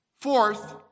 Fourth